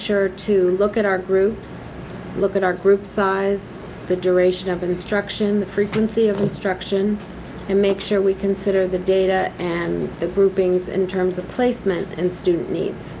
sure to look at our groups look at our group size the duration of instruction the frequency of instruction and make sure we consider the data and the groupings in terms of placement and student needs